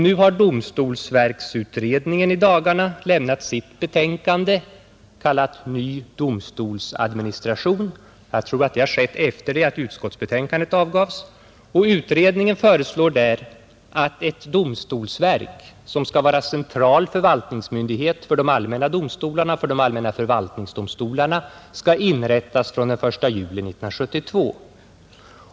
Nu har domstolsverksutredningen i dagarna lämnat sitt betänkande Ny domstolsadministration — jag tror att det har skett efter det utskottsbetänkandet avgavs — och utredningen föreslår där att ett domstolsverk, som skall vara central förvaltningsmyndighet för de allmänna domstolarna och för de allmänna förvaltningsdomstolarna, skall inrättas från den 1 juli 1972.